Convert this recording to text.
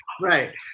right